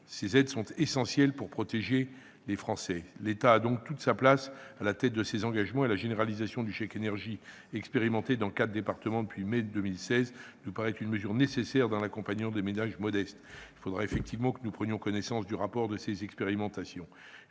Ces aides sont essentielles pour protéger les Français. L'État a donc toute sa place à la tête de ces engagements et la généralisation du chèque énergie, expérimenté dans quatre départements depuis mai 2016, nous paraît être une mesure nécessaire dans l'accompagnement des ménages modestes ; il faudra que nous prenions connaissance du rapport sur ces expérimentations.